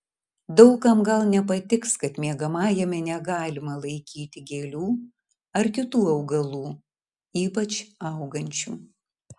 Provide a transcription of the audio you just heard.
daug kam gal nepatiks kad miegamajame negalima laikyti gėlių ar kitų augalų ypač augančių